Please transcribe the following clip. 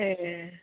ए